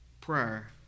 Prayer